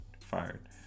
fired